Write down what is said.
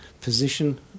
position